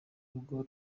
rugo